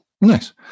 Nice